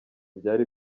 byari